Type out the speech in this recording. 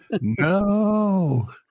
no